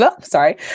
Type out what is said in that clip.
sorry